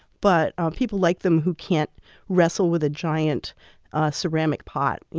but ah people like them who can't wrestle with a giant ceramic pot,